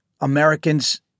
Americans